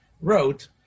wrote